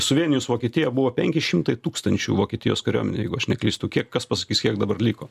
suvienijus vokietiją buvo penki šimtai tūkstančių vokietijos karuomenė jeigu aš neklystu kiek kas pasakys kiek dabar liko